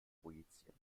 projizieren